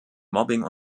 mobbing